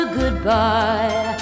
goodbye